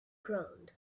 ground